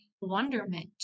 wonderment